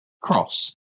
cross